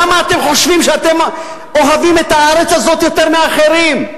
למה אתם חושבים שאתם אוהבים את הארץ הזאת יותר מאחרים?